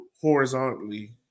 horizontally